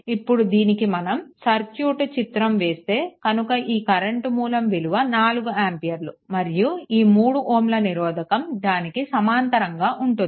ఇప్పుడు దీనికి మీరు సర్క్యూట్ చిత్రం వేస్తే కనుక ఈ కరెంట్ మూలం విలువ 4 ఆంపియర్ల్లు మరియు ఈ 3 Ω నిరోధకం దానికి సమాంతరంగా ఉంటుంది